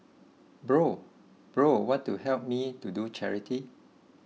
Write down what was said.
bro bro want to help me to do charity